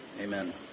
Amen